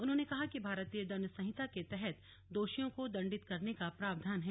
उन्होंने कहा कि भारतीय दंड संहिता के तहत दोषियों को दंडित करने का प्रावधान है